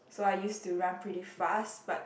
so I used to run pretty fast but